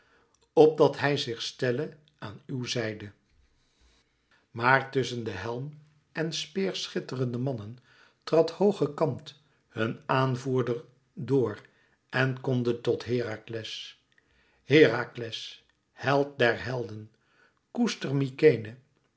opdat hij zich stelle aan uw zijde maar tusschen de helm en speerschitterende mannen trad hoog gekamd hun aanvoerder door en kondde tot herakles herakles held der helden